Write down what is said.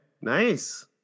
nice